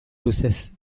luzez